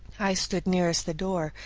i stood nearest the door,